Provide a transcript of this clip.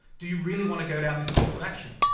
do you really wanna go down this course of action?